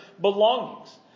belongings